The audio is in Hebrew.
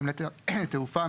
נמלי תעופה,